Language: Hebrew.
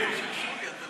התשע"ח 2018,